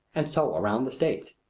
and so around the states.